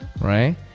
right